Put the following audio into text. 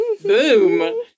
Boom